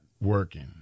working